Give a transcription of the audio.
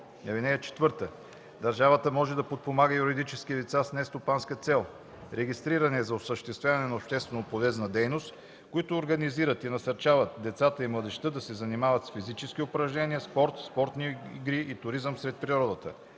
и спорта. (4) Държавата може да подпомага юридически лица с нестопанска цел, регистрирани за осъществяване на общественополезна дейност, които организират и насърчават децата и младежта да се занимават с физически упражнения, спорт, спортни игри и туризъм сред природата.